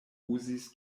uzis